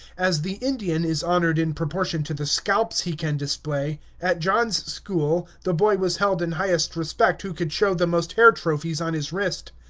as the indian is honored in proportion to the scalps he can display, at john's school the boy was held in highest respect who could show the most hair trophies on his wrist.